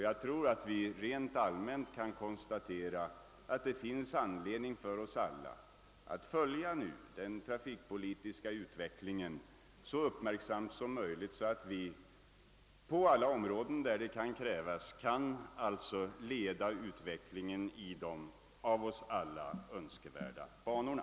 Jag tror att man rent allmänt kan konstatera att det finns anledning för oss alla att nu följa den trafikpolitiska utvecklingen så uppmärksamt som möjligt, så att vi på alla områden där det kan krävas kan leda utvecklingen i de av oss alla önskade banorna.